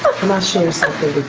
um i show you something?